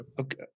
Okay